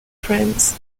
friends